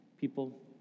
people